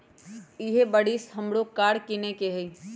इहे बरिस हमरो कार किनए के हइ